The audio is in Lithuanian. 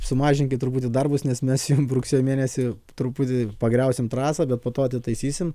sumažinkit truputį darbus nes mes jum rugsėjo mėnesį truputį pagriausim trasą bet po to atitaisysim